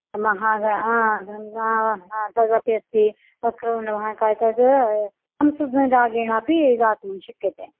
महाग आ गङ्गा आ तदपि अस्ति वक्रतुण्ड महाकाय तत् हंसध्वनिरागेण अपि गातुं शक्यते